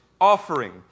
offering